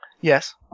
Yes